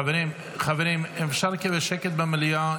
חברים, אפשר לקבל שקט במליאה?